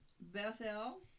Bethel